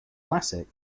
classic